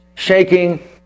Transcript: Shaking